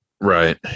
Right